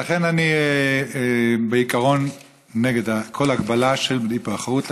לכן אני בעיקרון נגד כל הגבלה על היבחרות לכנסת,